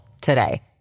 today